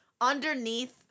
Underneath